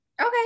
okay